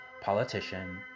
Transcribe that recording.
politician